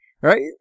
right